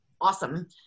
awesome